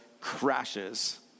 crashes